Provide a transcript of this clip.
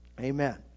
amen